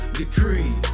decree